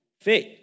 faith